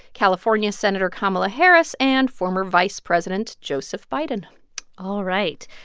california senator kamala harris and former vice president joseph biden all right.